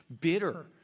bitter